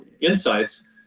insights